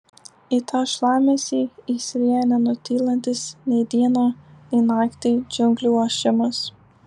į tą šlamesį įsilieja nenutylantis nei dieną nei naktį džiunglių ošimas